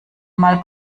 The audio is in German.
mal